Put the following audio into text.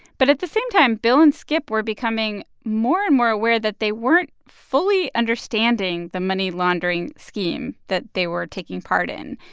but at the same time, bill and skip were becoming more and more aware that they weren't fully understanding the money laundering scheme that they were taking part in.